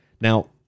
Now